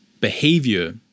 behavior